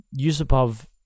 Yusupov